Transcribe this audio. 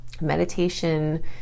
meditation